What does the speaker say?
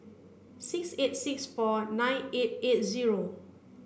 six eight six four nine eight eight zero